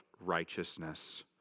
righteousness